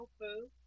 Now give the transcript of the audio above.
food